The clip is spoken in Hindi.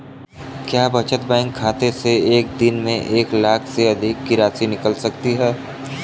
क्या बचत बैंक खाते से एक दिन में एक लाख से अधिक की राशि निकाल सकते हैं?